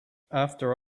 after